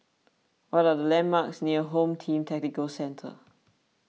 what are the landmarks near Home Team Tactical Centre